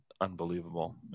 unbelievable